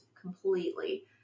completely